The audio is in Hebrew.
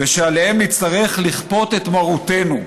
"ושעליהם נצטרך לכפות את מרותנו.